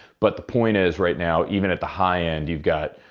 but the point is, right now even at the high end you've got,